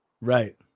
Right